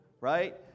right